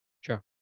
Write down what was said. Sure